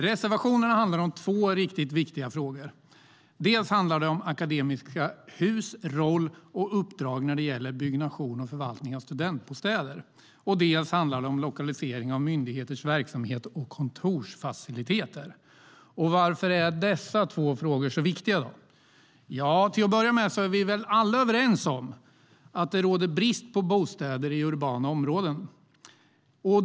Reservationerna handlar om två viktiga frågor, dels om Akademiska Hus roll och uppdrag när det gäller byggnation och förvaltning av studentbostäder, dels om lokalisering av myndigheters verksamhet och kontorsfaciliteter. Varför är dessa två frågor så viktiga? Vi är alla överens om att det råder brist på bostäder i urbana områden.